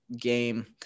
game